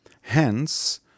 Hence